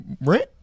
rent